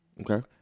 Okay